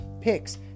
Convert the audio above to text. picks